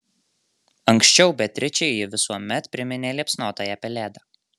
anksčiau beatričei ji visuomet priminė liepsnotąją pelėdą